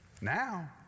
Now